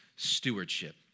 stewardship